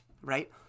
Right